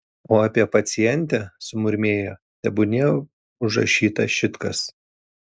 o apie pacientę sumurmėjo tebūnie užrašyta šit kas